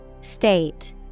State